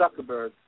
Zuckerberg